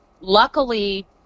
Luckily